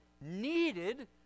needed